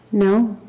no.